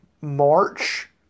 March